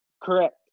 correct